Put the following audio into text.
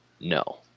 no